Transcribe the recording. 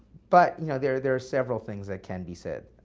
but you know there there are several things that can be said.